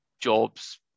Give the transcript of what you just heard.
jobs